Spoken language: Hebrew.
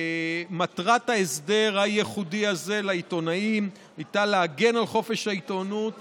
מטרת ההסדר הייחודי הזה לעיתונאים הייתה להגן על חופש העיתונות